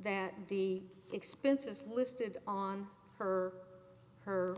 that the expenses listed on her her